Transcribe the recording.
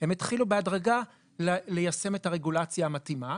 הם התחילו בהדרגה ליישם את הרגולציה המתאימה,